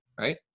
right